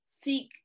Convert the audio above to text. seek